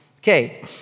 Okay